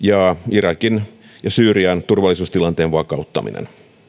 irakin ja syyrian turvallisuustilanteen vakauttaminen